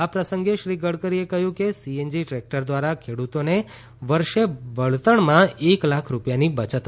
આ પ્રસંગે શ્રી ગડકરીએ કહ્યું કે સી એન જી ટ્રેક્ટર દ્વારા ખેડૂતોને વર્ષે બળતણમાં એક લાખ રૂપિયાની બચત થશે